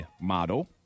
model